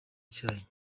icyayi